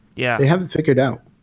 yeah haven't figured out.